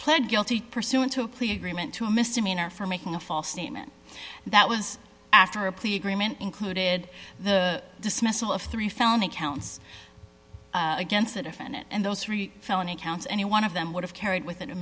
pled guilty pursuant to a plea agreement to a misdemeanor for making a false statement that was after a plea agreement included the dismissal of three felony counts against the defendant and those three felony counts any one of them would have carried with it a